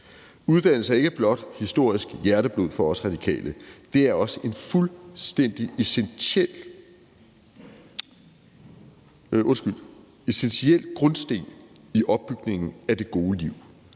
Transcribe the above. Uddannelse er ikke blot historisk hjerteblod for os Radikale, det er også en fuldstændig essentiel grundsten i opbygningen af det gode liv,